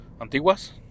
Antiguas